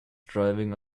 driving